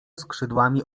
skrzydłami